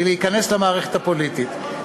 מלהיכנס למערכת הפוליטית,